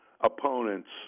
opponents